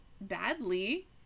badly